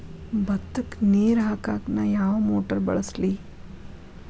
ಭತ್ತಕ್ಕ ನೇರ ಹಾಕಾಕ್ ನಾ ಯಾವ್ ಮೋಟರ್ ಬಳಸ್ಲಿ?